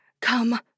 Come